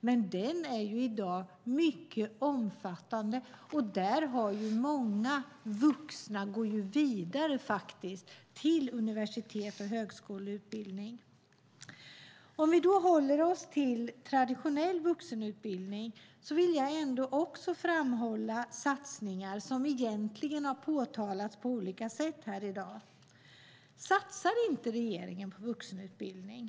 Detta är i dag mycket omfattande, och många vuxna går faktiskt vidare till universitets och högskoleutbildning. Om vi håller oss till traditionell vuxenutbildning vill jag ändå framhålla satsningar som har påtalats på olika sätt här i dag. Satsar inte regeringen på vuxenutbildning?